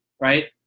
Right